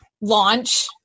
launch